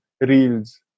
Reels